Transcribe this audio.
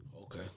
Okay